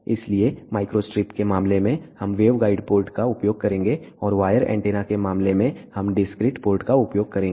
इसलिए माइक्रोस्ट्रिप के मामले में हम वेवगाइड पोर्ट का उपयोग करेंगे और वायर एंटेना के मामले में हम डिस्क्रिट पोर्ट का उपयोग करेंगे